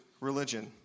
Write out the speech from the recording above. religion